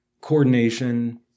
coordination